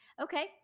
okay